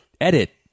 Edit